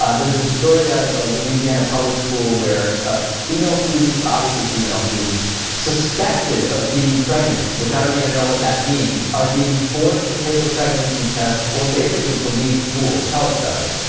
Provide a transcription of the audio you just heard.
ah there's the story out of the ah louisiana public school where ah. female students obviously female students suspected of being pregnant which i don't even know what that means are being forced to take a pregnancy test or basically to leave school tell us about it